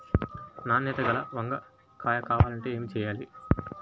నాణ్యత గల వంగ కాయ కావాలంటే ఏమి చెయ్యాలి?